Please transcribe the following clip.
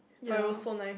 ya